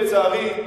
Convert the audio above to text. לצערי,